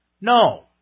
No